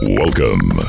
welcome